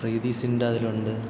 പ്രീതി സിൻറ്റ അതിലുണ്ട്